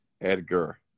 Edgar